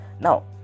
now